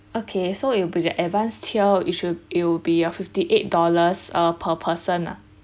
okay so it will be the advanced tier it should it'll be uh fifty eight dollars per person lah